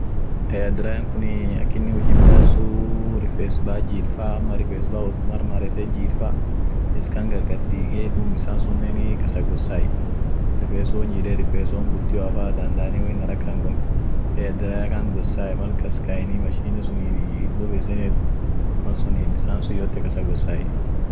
Digital cameran tunii ak ishin huji midaasit sensa kabdi sensa suut dumii ibsa kabe duum piichaat gargachaai mal ibsan sun kamesa isheenteet, kameran sun leense kabdi, leensuuti dumii ibsa sun gargache kabisa dumii woni ugaai picha duguma akas gargarchai